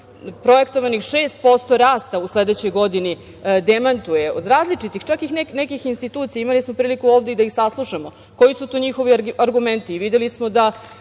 6% rasta u sledećoj godini demantuje od različitih, čak i nekih institucija. Imali smo priliku ovde i da ih saslušamo koji su to njihovi argumenti,